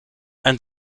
ein